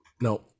no